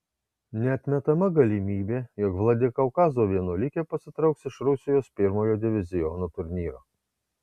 neatmetama galimybė jog vladikaukazo vienuolikė pasitrauks iš rusijos pirmojo diviziono turnyro